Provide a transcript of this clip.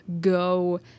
go